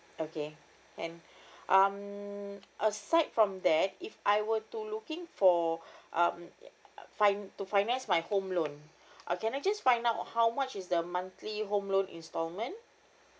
okay can um aside from that if I were to looking for um fin~ to finance my home loan uh can I just find out how much is the monthly home loan installment